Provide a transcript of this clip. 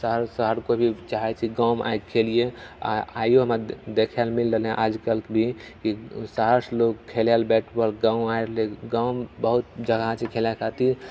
शहर शहर केओ भी चाहैत छै गाँवमे आके खेलिए आ आइयो हमरा देखै लऽ मिल रहलै आज कल भी कि शहर से लोग खेलै लऽ बैट बॉल गाँव आइ रहलै गाँवमे बहुत जगह छै खेलै खातिर